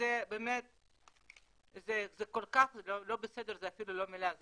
וזה באמת כל כך לא בסדר זה אפילו לא מילה,